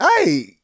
hey